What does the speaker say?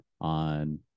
on